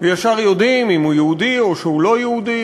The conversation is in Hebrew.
וישר יודעים אם הוא יהודי או שהוא לא יהודי,